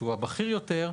שהוא בכיר יותר,